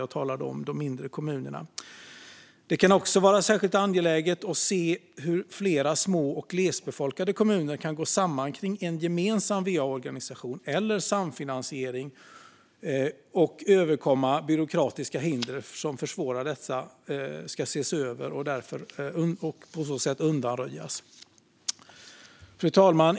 Jag talar här om de mindre kommunerna, fru talman. Det kan vara särskilt angeläget att se hur flera små och glesbefolkade kommuner kan gå samman kring en gemensam va-organisation eller samfinansiering. Byråkratiska hinder som försvårar detta bör ses över och undanröjas. Fru talman!